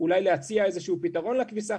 אולי להציע איזשהו פתרון לכביסה.